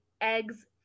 eggs